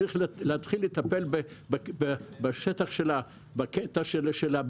צריך להתחיל לטפל בשטח של הביקושים,